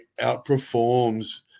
outperforms